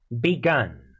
begun